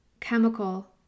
chemical